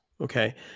Okay